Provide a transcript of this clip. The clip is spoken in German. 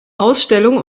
ausstellung